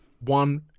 one